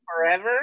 Forever